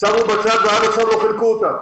שמו בצד ועד עכשיו לא חילקו אותם,